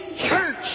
church